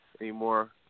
anymore